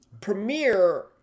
premiere